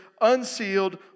unsealed